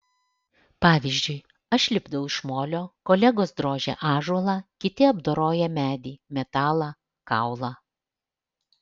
pavyzdžiui aš lipdau iš molio kolegos drožia ąžuolą kiti apdoroja medį metalą kaulą